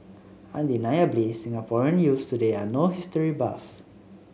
undeniably Singaporean youths today are no history buffs